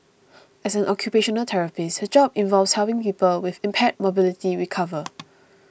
as an occupational therapist her job involves helping people with impaired mobility recover